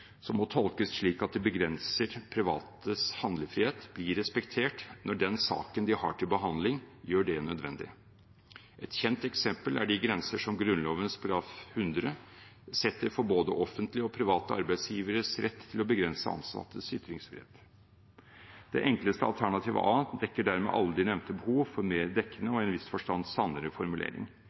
som må tolkes slik at de begrenser privates handlefrihet, blir respektert når den saken de har til behandling, gjør det nødvendig. Et kjent eksempel er de grenser som Grunnloven § 100 setter for både offentlige og private arbeidsgiveres rett til å begrense ansattes ytringsfrihet. Det enkleste alternativet, A, dekker dermed alle de nevnte behov for en mer dekkende, og i en viss forstand sannere, formulering.